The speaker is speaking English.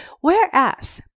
Whereas